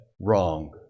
wrong